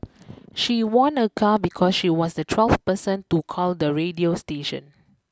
she won a car because she was the twelfth person to call the radio station